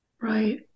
Right